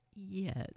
Yes